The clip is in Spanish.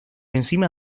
encima